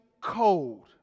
cold